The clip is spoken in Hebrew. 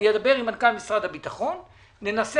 אני אדבר עם מנכ"ל משרד הביטחון וננסה